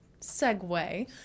segue